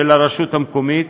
של הרשות המקומית,